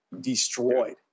destroyed